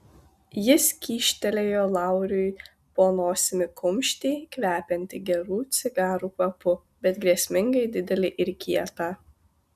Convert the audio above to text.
jis kyštelėjo lauriui po nosimi kumštį kvepiantį gerų cigarų kvapu bet grėsmingai didelį ir kietą